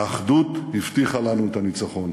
האחדות הבטיחה לנו את הניצחון.